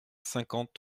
cinquante